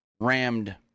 rammed